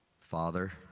Father